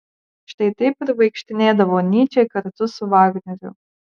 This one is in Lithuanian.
štai taip ir vaikštinėdavo nyčė kartu su vagneriu